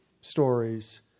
stories